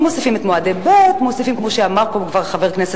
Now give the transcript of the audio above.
אדוני היושב-ראש, חברי הכנסת,